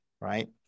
right